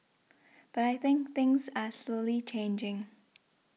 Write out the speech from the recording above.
but I think things are slowly changing